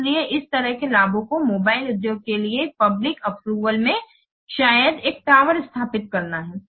इसलिए इस तरह के लाभों को मोबाइल उद्योग के लिए एक पब्लिक अप्रूवल में शायद एक टॉवर स्थापित करना है